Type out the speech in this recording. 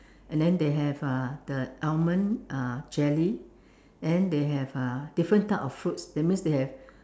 and then they have uh the almond uh jelly and then they have uh different types of fruits that means they have